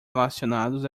relacionados